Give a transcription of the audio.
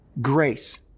Grace